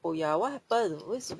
oh ya what happen 为什